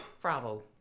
Bravo